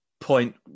point